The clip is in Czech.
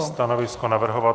Stanovisko navrhovatele?